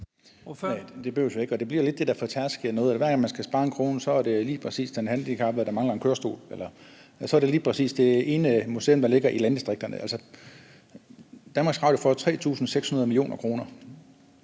det behøves man ikke. Og det bliver lidt det her fortærskede noget: Hver gang man skal spare 1 kr., er det lige præcis den handicappede, der mangler en kørestol, eller så er det lige præcis det ene museum, der ligger i landdistrikterne. DR får 3.600 mio. kr.